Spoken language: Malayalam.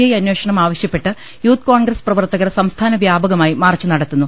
ഐ അന്വേഷണം ആവശ്യപ്പെട്ട് യൂത്ത് കോൺഗ്രസ് പ്രവർത്തകർ സംസ്ഥാന വ്യാപകമായി മാർച്ച് നടത്തുന്നു